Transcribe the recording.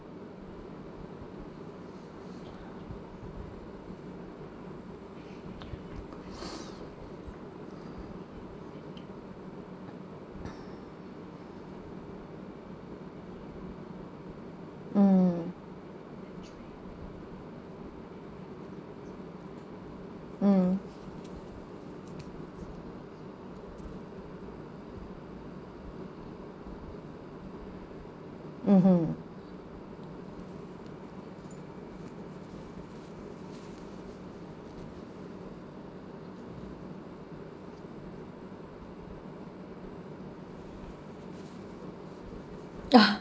mm mm mmhmm